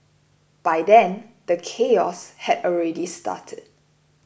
by then the chaos had already started